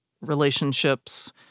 relationships